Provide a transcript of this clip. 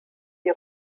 die